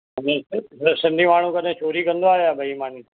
सिंधी माण्हू कॾहिं चोरी कंदो आहे या बेईमानी